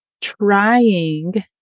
trying